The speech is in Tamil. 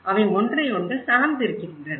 அவை ஒன்றையொன்று சார்ந்து இருக்கின்றன